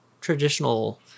traditional